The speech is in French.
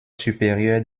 supérieure